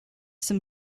some